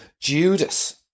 Judas